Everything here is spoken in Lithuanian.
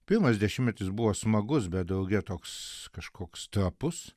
pirmas dešimtmetis buvo smagus bet dauge toks kažkoks trapus